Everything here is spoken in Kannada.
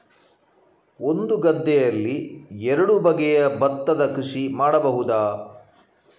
ಒಂದು ಗದ್ದೆಯಲ್ಲಿ ಎರಡು ಬಗೆಯ ಭತ್ತದ ಕೃಷಿ ಮಾಡಬಹುದಾ?